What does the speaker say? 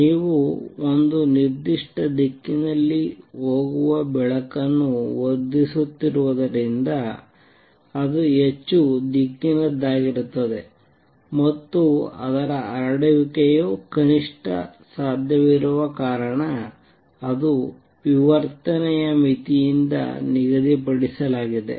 ನೀವು ಒಂದು ನಿರ್ದಿಷ್ಟ ದಿಕ್ಕಿನಲ್ಲಿ ಹೋಗುವ ಬೆಳಕನ್ನು ವರ್ಧಿಸುತ್ತಿರುವುದರಿಂದ ಅದು ಹೆಚ್ಚು ದಿಕ್ಕಿನದ್ದಾಗಿರುತ್ತದೆ ಮತ್ತು ಅದರ ಹರಡುವಿಕೆಯು ಕನಿಷ್ಟ ಸಾಧ್ಯವಿರುವ ಕಾರಣ ಅದು ವಿವರ್ತನೆಯ ಮಿತಿಯಿಂದ ನಿಗದಿಪಡಿಸಲಾಗಿದೆ